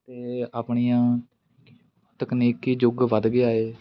ਅਤੇ ਆਪਣੀਆਂ ਤਕਨੀਕੀ ਯੁੱਗ ਵੱਧ ਗਿਆ ਏ